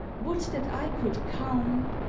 would that i could count,